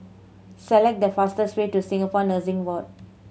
select the fastest way to Singapore Nursing Board